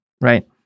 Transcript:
right